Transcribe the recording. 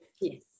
Yes